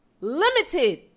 limited